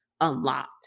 unlocked